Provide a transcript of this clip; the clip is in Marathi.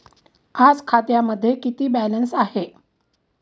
आज खात्यामध्ये किती बॅलन्स आहे?